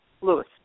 Lewis